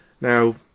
now